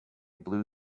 blue